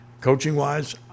coaching-wise